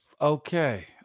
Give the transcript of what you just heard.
Okay